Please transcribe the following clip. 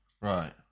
Right